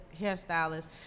hairstylist